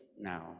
now